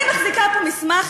אני מחזיקה פה מסמך,